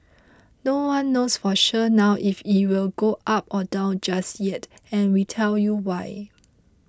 no one knows for sure now if it will go up or down just yet and we'll tell you why